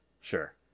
sure